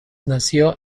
nació